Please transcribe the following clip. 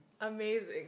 Amazing